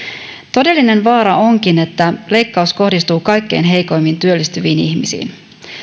todellinen vaara onkin että leikkaus kohdistuu kaikkein heikoimmin työllistyviin ihmisiin